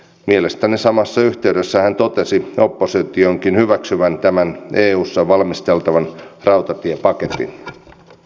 mielestäni samassa yhteydessä hän totesi oppositionkin hyväksyvän tämän eussa valmisteltavan rautatiepaketin